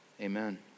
Amen